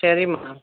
சரிம்மா